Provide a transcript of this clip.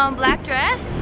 um black dress?